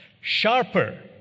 sharper